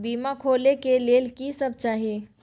बीमा खोले के लेल की सब चाही?